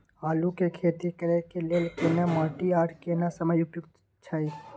आलू के खेती करय के लेल केना माटी आर केना समय उपयुक्त छैय?